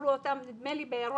מכרו אותם נדמה לי באירופה.